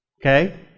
Okay